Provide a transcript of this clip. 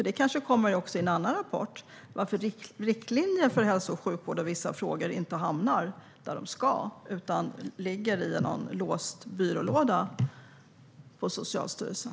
Det kanske kommer i en annan rapport varför riktlinjer för hälso och sjukvård och vissa frågor inte hamnar där de ska utan ligger i någon låst byrålåda på Socialstyrelsen.